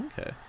okay